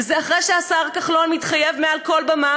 וזה אחרי שהשר כחלון מתחייב מעל כל במה